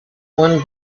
one